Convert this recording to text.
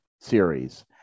series